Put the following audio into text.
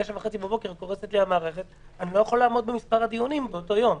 בבוקר המערכת קורסת ואני לא יכול לעמוד במספר הדיונים שנקבעו לאותו יום.